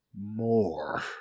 more